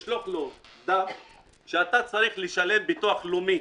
דף ונכתב שהם צריכים לשלם ביטוח לאומי